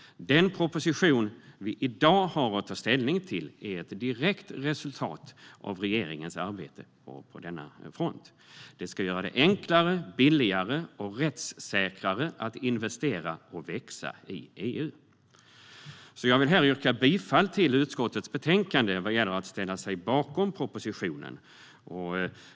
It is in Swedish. Den proposition vi i dag har att ta ställning till är ett direkt resultat av regeringens arbete på denna front. Den ska göra det enklare, billigare och rättssäkrare att investera och växa i EU. Jag vill här yrka bifall till förslaget i utskottets betänkande vad gäller att ställa sig bakom propositionen.